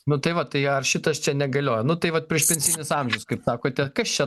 nu tai vat tai ar šitas čia negalioja nu tai vat priešpensinis amžius kaip sakote kas čia